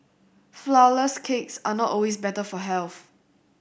flourless cakes are not always better for health